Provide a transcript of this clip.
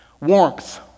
Warmth